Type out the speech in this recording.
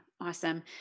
awesome